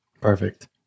Perfect